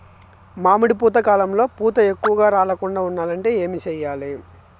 మామిడి పూత కాలంలో పూత ఎక్కువగా రాలకుండా ఉండాలంటే ఏమి చెయ్యాలి?